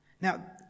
Now